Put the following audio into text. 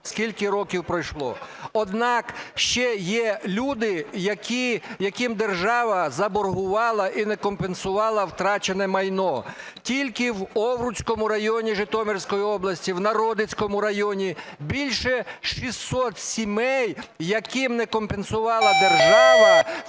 Скільки років пройшло, однак ще є люди, яким держава заборгувала і не компенсувала втрачене майно. Тільки в Овруцькому районі Житомирської області, в Народицькому районі більше 600 сімей, яким не компенсувала держава